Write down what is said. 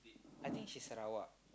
I think she Sarawak